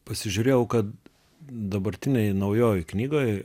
pasižiūrėjau kad dabartinėj naujoj knygoj